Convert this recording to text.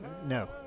No